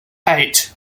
eight